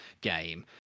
game